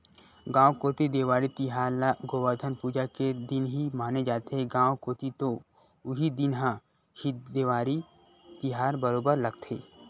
गाँव कोती देवारी तिहार ल गोवरधन पूजा के दिन ही माने जाथे, गाँव कोती तो उही दिन ह ही देवारी तिहार बरोबर लगथे